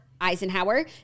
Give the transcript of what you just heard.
Eisenhower